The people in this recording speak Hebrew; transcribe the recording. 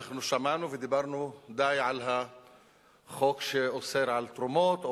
אנחנו שמענו ודיברנו די על החוק שאוסר תרומות,